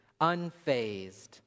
unfazed